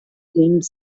james